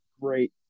great